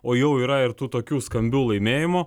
o jau yra ir tų tokių skambių laimėjimų